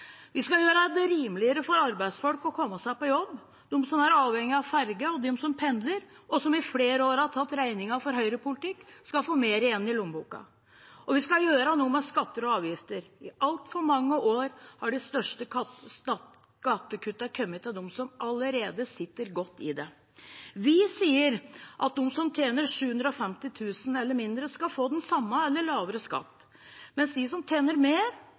Vi skal gjøre det rimeligere for arbeidsfolk å komme seg på jobb. De som er avhengige av ferje, og de som pendler, og som i flere år har tatt regningen for høyrepolitikken, skal få mer igjen i lommeboka. Og vi skal gjøre noe med skatter og avgifter. I altfor mange år har de største skattekuttene kommet til dem som allerede sitter godt i det. Vi sier at de som tjener 750 000 kr eller mindre, skal få samme eller lavere skatt, mens de som tjener mer,